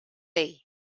ell